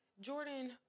jordan